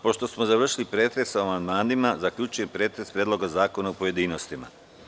Pošto smo završili pretres o amandmanima, zaključujem pretres Predloga zakona u pojedinostima.